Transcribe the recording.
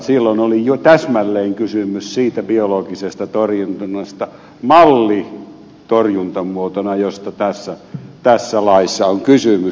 silloin oli jo täsmälleen kysymys siitä biologisesta torjunnasta mallitorjuntamuotona josta tässä laissa on kysymys